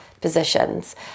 positions